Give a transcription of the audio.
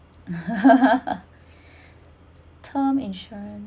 term insurance